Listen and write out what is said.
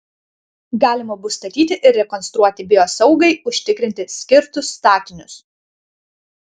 galima bus statyti ir rekonstruoti biosaugai užtikrinti skirtus statinius